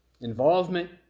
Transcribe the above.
involvement